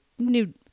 new